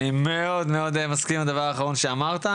אני מאוד מאוד מסכים עם הדבר האחרון שאמרת.